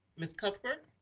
ms. cuthbert.